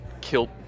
kilt